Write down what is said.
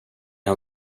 han